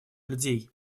людей